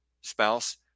spouse